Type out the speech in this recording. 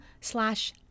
slash